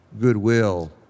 goodwill